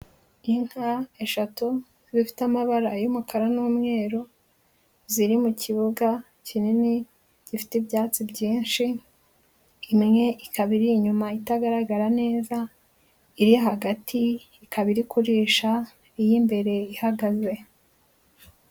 Inka eshatu zifite amabara ay'umukara n'umweru, ziri mu kibuga kinini gifite ibyatsi byinshi, imwe ikaba iri inyuma itagaragara neza, iri hagati ikaba iri kurisha, iy'imbere ihagaze.